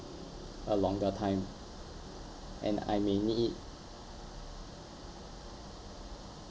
a longer time and I may need it